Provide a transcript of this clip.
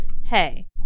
Hey